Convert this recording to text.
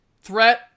threat